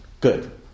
good